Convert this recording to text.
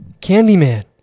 Candyman